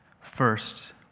First